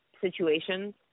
situations